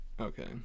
Okay